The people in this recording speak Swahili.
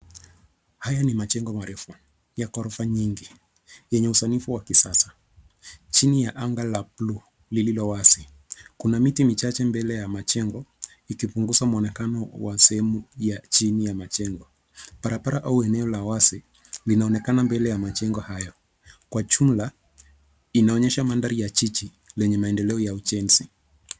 Hayo ni majengo marefu ya ghorofa nyingi yenye usanifu wa kisasa chini ya anga la bluu lililo wazi. Kuna miti michache mbele ya majengo ikipunguza mwonekano wa sehemu ya chini ya majengo. Barabara la wazi linaonekana mbele ya majengo hayo. Kwa jumla, inaonyesha mandhari ya jiji lenye maendeleo ya ujenzi.